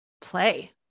play